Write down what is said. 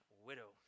widow